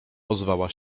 ozwała